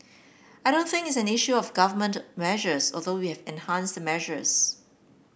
I don't think is an issue of Government measures although we have enhanced the measures